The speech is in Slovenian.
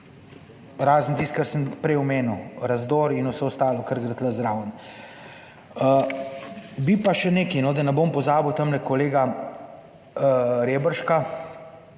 razen tisto, kar sem prej omenil, razdor in vse ostalo, kar gre tu zraven? Bi pa še nekaj, da ne bom pozabil tamle kolega Reberška,